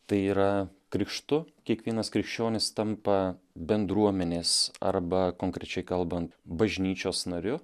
tai yra krikštu kiekvienas krikščionis tampa bendruomenės arba konkrečiai kalbant bažnyčios nariu